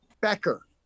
Becker